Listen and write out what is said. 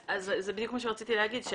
זה בדיוק מה שרציתי להגיד.